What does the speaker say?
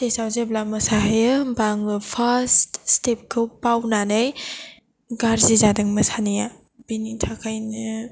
स्टेजाव जेब्ला मोसाहैयो होनबा आङो फार्स्ट स्टेपखौ बावनानै गाज्रि जादों मोसानाया बिनि थाखायनो